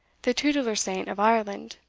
the tutelar saint of ireland,